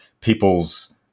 people's